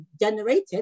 generated